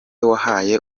wahaye